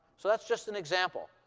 so that's just an example.